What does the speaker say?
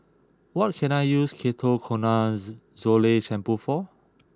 what can I use Ketoconazole shampoo for